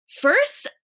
First